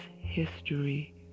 history